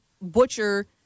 butcher